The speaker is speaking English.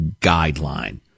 guideline